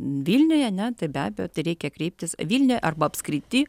vilniuje ne tai be abejo tai reikia kreiptis vilniuje arba apskrity